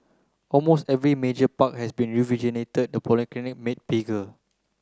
almost every major park has been rejuvenated the polyclinic made bigger